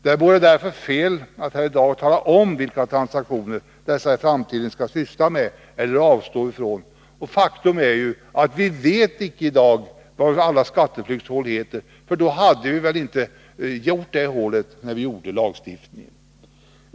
Därför vore det fel att i dag tala om vilka transaktioner som dessa experter i framtiden skall syssla med eller avstå från. Faktum är också att vi i dag inte känner till alla skatteflyktshål. I så fall hade lagstiftningen kunnat vara mer preciserad.